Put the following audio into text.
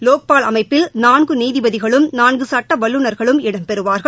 லோக்பால் அமைப்பில் நான்குநீதிபதிகளும் நான்குசட்டவல்லுநர்களும் இடம் பெறுவார்கள்